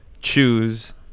choose